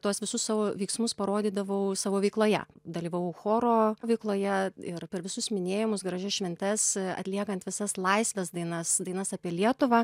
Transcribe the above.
tuos visus savo veiksmus parodydavau savo veikloje dalyvavau choro veikloje ir per visus minėjimus gražias šventes atliekant visas laisves dainas dainas apie lietuvą